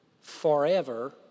forever